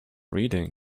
reading